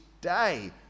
day